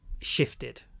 shifted